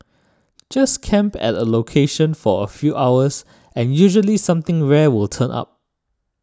just camp at a location for a few hours and usually something rare will turn up